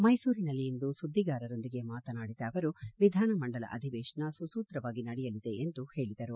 ಮೈಸೂರಿನಲ್ಲಿಂದು ಸುದ್ದಿಗಾರರೊಂದಿಗೆ ಮಾತನಾಡಿದ ಅವರು ವಿಧಾನಮಂಡಲ ಅಧಿವೇಶನ ಸುಸೂತ್ರವಾಗಿ ನಡೆಯಲಿದೆ ಎಂದು ಹೇಳಿದರು